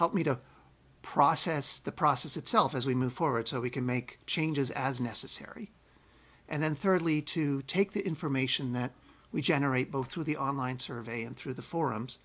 help me to process the process itself as we move forward so we can make changes as necessary and then thirdly to take the information that we generate both through the online survey and through the forums